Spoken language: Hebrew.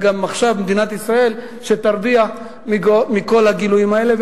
וגם עכשיו מדינת ישראל שתרוויח מכל הגילויים האלה.